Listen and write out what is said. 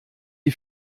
die